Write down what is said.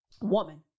woman